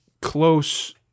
close